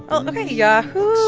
um ok. yahoo